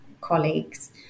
colleagues